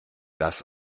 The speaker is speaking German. das